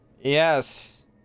Yes